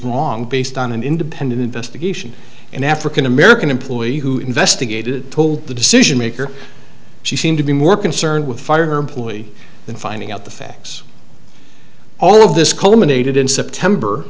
wrong based on an independent investigation an african american employee who investigated told the decision maker she seemed to be more concerned with fire her employee than finding out the facts all of this culminated in september